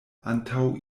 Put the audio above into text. antaŭ